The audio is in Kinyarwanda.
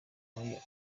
muri